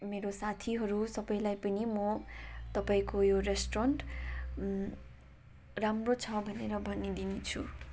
मेरो साथीहरू सबैलाई पनि म तपाईँको यो रेस्टुरेन्ट राम्रो छ भनेर भनिदिनेछु